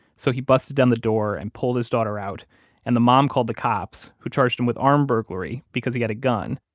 so he busted down the door and pulled his daughter out and the mom called the cops, who charged him with armed burglary, because he had a gun,